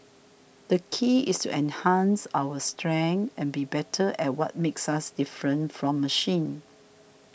the key is to enhance our strengths and be better at what makes us different from machines